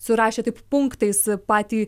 surašė taip punktais patį